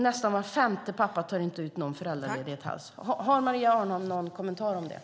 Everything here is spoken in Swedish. Nästan var femte pappa tar inte ut någon föräldraledighet alls. Har Maria Arnholm någon kommentar till det?